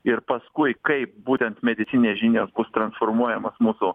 ir paskui kaip būtent medicininės žinios bus transformuojamos mūsų